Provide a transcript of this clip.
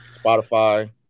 Spotify